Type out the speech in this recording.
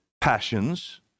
passions